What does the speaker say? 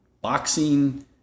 boxing